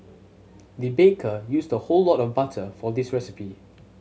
the baker used the whole of butter for this recipe